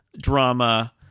drama